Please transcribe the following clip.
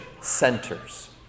centers